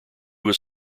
was